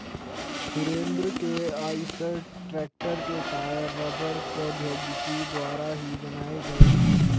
सुरेंद्र के आईसर ट्रेक्टर के टायर रबड़ प्रौद्योगिकी द्वारा ही बनाए गए हैं